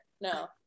No